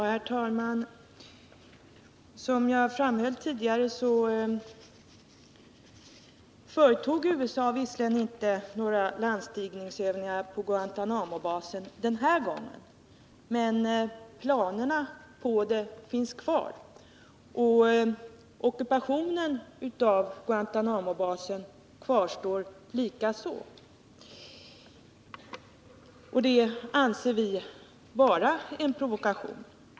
Herr talman! Som jag framhöll tidigare företog USA visserligen inte några landstigningsövningar på Guantanamobasen den här gången, men planerna på sådana övningar finns kvar, och ockupationen av Guantanamobasen kvarstår likaså. Det anser vi vara en provokation.